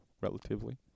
relatively